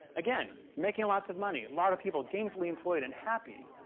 again making lots of money, a lot of people gainfully employed and happy.